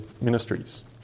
ministries